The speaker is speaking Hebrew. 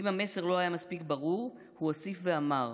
אם המסר לא היה מספיק ברור, הוא הוסיף ואמר: